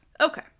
Okay